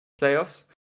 playoffs